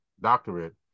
doctorate